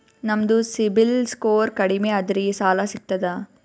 ನಮ್ದು ಸಿಬಿಲ್ ಸ್ಕೋರ್ ಕಡಿಮಿ ಅದರಿ ಸಾಲಾ ಸಿಗ್ತದ?